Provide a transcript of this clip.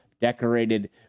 decorated